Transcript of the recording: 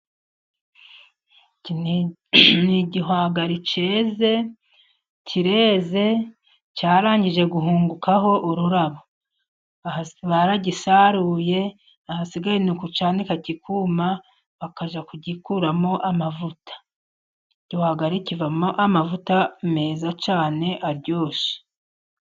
Ni igihwagari cyeze kireze cyarangije guhungukaho ururabo, baragisaruye ahasigaye ni ukucyanika kikuma bakajya kugikuramo amavuta. Igihwagari kivamo amavuta meza cyane aryoshye.